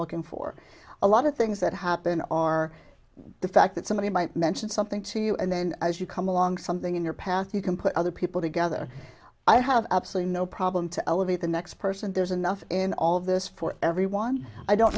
looking for a lot of things that happen or the fact that somebody might mention something to you and then as you come along something in your path you can put other people together i have absolutely no problem to elevate the next person there's enough in all of this for everyone i don't